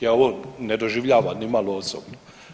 Ja ovo ne doživljavam nimalo osobno.